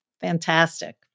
Fantastic